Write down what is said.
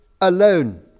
alone